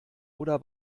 oder